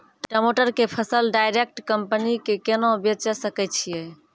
टमाटर के फसल डायरेक्ट कंपनी के केना बेचे सकय छियै?